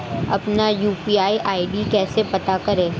अपना UPI ID कैसे पता करें?